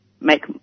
make